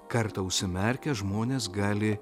kartą užsimerkę žmonės gali